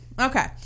Okay